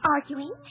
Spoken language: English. Arguing